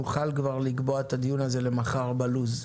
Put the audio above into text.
נוכל לקבוע את הדיון הזה למחר בלו"ז,